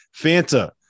Fanta